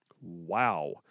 Wow